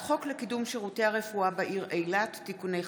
חוק לקידום שירותי הרפואה בעיר אילת (תיקוני חקיקה),